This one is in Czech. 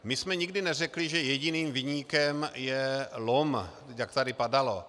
My jsme nikdy neřekli, že jediným viníkem je lom, jak to tady padalo.